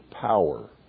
power